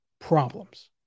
problems